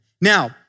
Now